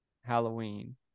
Halloween